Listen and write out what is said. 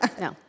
No